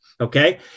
okay